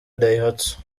daihatsu